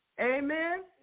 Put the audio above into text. Amen